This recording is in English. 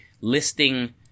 listing